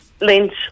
Lynch